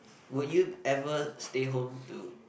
would you ever stay home to